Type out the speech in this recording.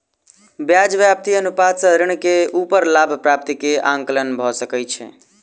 ब्याज व्याप्ति अनुपात सॅ ऋण के ऊपर लाभ प्राप्ति के आंकलन भ सकै छै